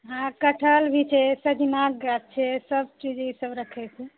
हँ कटहल भी छै सजमनिके गाछ छै सबचीज ई सब राखए छी